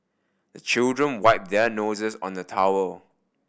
the children wipe their noses on the towel